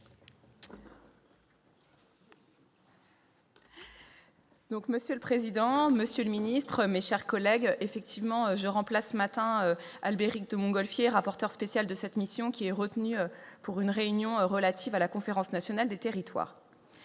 Monsieur le président, Monsieur le Ministre, mes chers collègues, effectivement je remplace matin Albéric de Montgolfier, rapporteur spécial de cette mission qui est retenu pour une réunion relative à la conférence nationale des territoires,